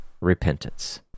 repentance